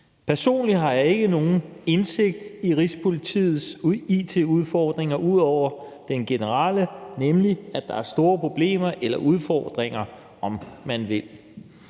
Personligt har jeg ikke nogen indsigt i Rigspolitiets it-udfordringer ud over den generelle udfordring, nemlig at der er store problemer eller udfordringer, om man vil.